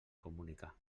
comunicar